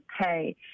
pay